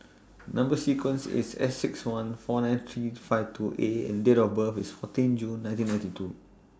Number sequence IS S six one four nine three five two A and Date of birth IS fourteen June nineteen ninety two